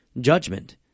judgment